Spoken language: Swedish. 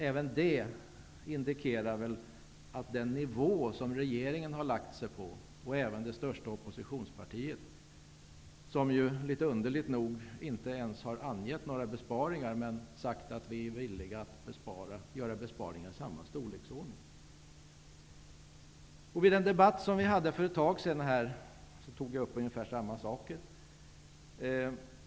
Även det indikerar den nivå som regeringen har lagt sig på, liksom det största oppositionspartiet, som underligt nog inte ens har angett några besparingar, men sagt att man är villig att göra besparingar i samma storleksordning. Vid den debatt som vi hade för en tid sedan tog jag upp ungefär samma saker.